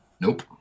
Nope